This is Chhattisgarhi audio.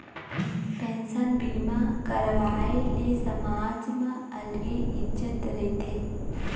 पेंसन बीमा करवाए ले समाज म अलगे इज्जत रहिथे